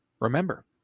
remember